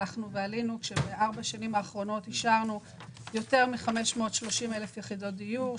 ובארבע השנים האחרונות אישרנו יותר מ-530,000 יחידות דיור.